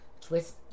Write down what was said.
twist